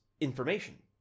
information